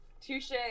touche